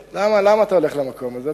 למה אתה הולך למקום הזה?